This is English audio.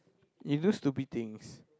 you do stupid things